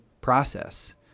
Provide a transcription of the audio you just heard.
process